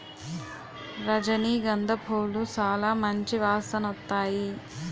రజనీ గంధ పూలు సాలా మంచి వాసనొత్తాయి